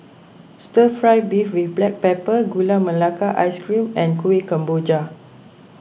Stir Fry Beef with Black Pepper Gula Melaka Ice Cream and Kuih Kemboja